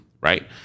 right